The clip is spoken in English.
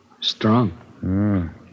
Strong